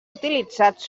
utilitzats